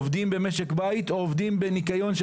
עובדים במשק בית או עובדים בניקיון של